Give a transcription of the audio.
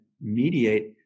mediate